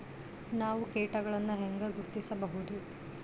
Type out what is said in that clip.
ನಾವು ಕೇಟಗಳನ್ನು ಹೆಂಗ ಗುರ್ತಿಸಬಹುದು?